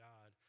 God